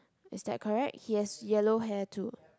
is that correct he has yellow hair too